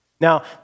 Now